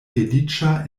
feliĉa